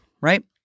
right